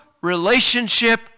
relationship